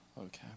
Okay